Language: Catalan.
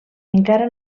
encara